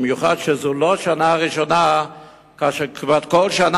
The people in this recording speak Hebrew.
במיוחד שזאת לא השנה הראשונה וכמעט כל שנה